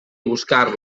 buscar